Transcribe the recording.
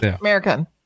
American